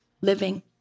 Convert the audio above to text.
living